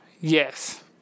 Yes